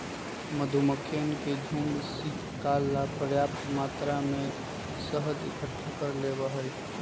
मधुमक्खियन के झुंड शीतकाल ला पर्याप्त मात्रा में शहद इकट्ठा कर लेबा हई